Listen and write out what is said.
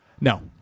No